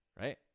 right